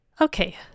Okay